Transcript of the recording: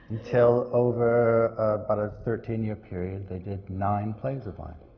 until over about a thirteen year period they did nine plays of mine.